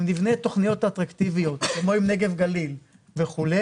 אם ניבנה תוכניות אטרקטיביות כמו עם נגב גליל וכו',